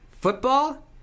Football